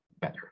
better